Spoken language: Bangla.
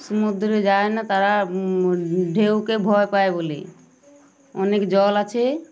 সমুদ্রে যায় না তারা ঢেউকে ভয় পায় বলে অনেক জল আছে